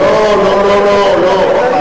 לא, לא, לא, לא.